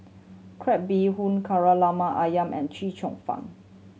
crab bee hoon Kari Lemak Ayam and Chee Cheong Fun